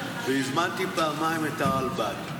והזמנתי פעמיים את הרלב"ד.